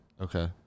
Okay